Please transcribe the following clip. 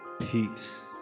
peace